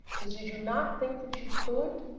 because did you not think that you could